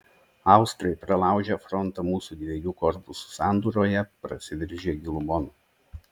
austrai pralaužę frontą mūsų dviejų korpusų sandūroje prasiveržė gilumon